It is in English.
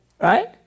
Right